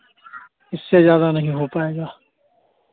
इससे ज़्यादा नहीं हो पाएगा